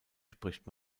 spricht